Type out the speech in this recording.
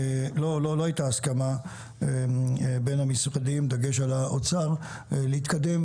לא הייתה הסכמה בין הצדדים, דגש על האוצר, להתקדם